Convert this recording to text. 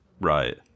right